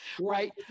Right